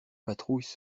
patrouilles